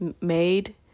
made